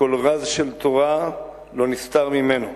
כל רז של תורה לא נסתר ממנו.